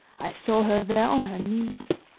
i saw her there on her knees,